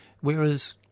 Whereas